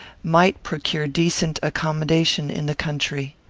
might procure decent accommodation in the country.